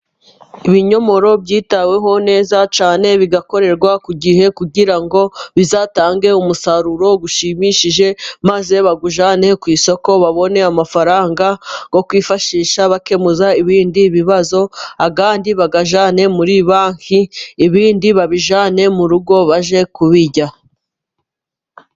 Ibinyomoro byitaweho neza cyane, bigakorerwa ku gihe kugira ngo bizatange umusaruro ushimishije, maze bawujyane ku isoko, babone amafaranga yo kwifasisha bakemuza ibindi bibazo andi bayajyane muri banki, ibindi babijyane mu rugo bajye kubirya.